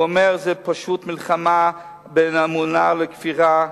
הוא אומר: זאת פשוט מלחמה בין אמונה לכפירה,